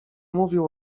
mówił